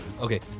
Okay